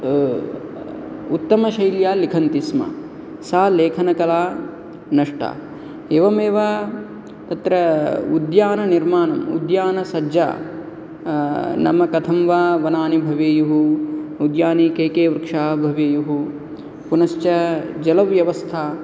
उत्तमशैल्या लिखन्ति स्म सा लेखनकला नष्टा एवमेव तत्र उद्याननिर्माणम् उद्यानसज्जा नाम कथं वा वनानि भवेयुः उद्याने के के वृक्षाः भवेयुः पुनश्च जलव्यवस्था